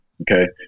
Okay